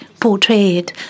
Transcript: portrayed